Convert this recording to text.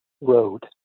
road